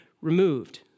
removed